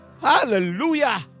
Hallelujah